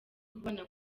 kubana